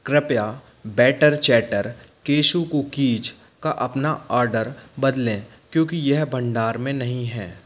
कृपया batter chatter cashew cookies का अपना ऑर्डर बदलें क्योंकि यह भंडार में नहीं है